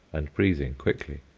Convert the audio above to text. and breathing quickly.